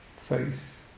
Faith